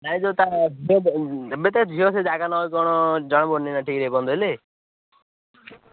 ନାଇଁ ଯେଉଁ ତା ଝିଅ ଯେଉଁ ଏବେ ତା ଝିଅ ସେହି ଜାଗା ତା ନା କ'ଣ ଜଣା ପଡୁନି ନା ଠିକ୍ ସେ ଏ ପର୍ଯ୍ୟନ୍ତ ହେଲେ